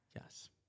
Yes